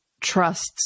trusts